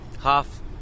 half